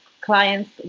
client's